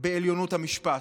ב"עליונות המשפט":